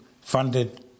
funded